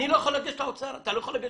אני לא יכול לגשת לאוצר אפילו.